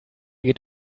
geht